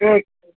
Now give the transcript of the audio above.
okay